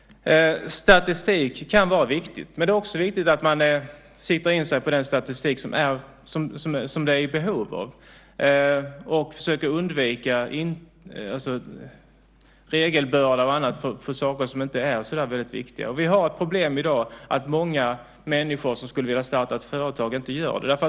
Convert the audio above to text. Det kan vara viktigt med statistik. Men det är också viktigt att sikta in sig på den statistik som det finns behov av och försöka undvika regelbördor och annat för sådant som inte är särskilt viktigt. Vi har ett problem i dag, att många människor som skulle vilja starta företag inte gör det.